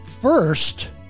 first